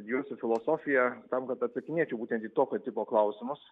studijuosiu filosofiją tam kad atmetinėčiau būtent į tokio tipo klausimus